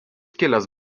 kilęs